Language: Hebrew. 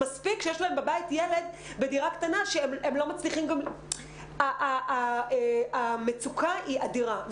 מספיק שיש להם בבית ילד בדירה קטנה שהם לא מצליחים המצוקה אדירה.